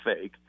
fake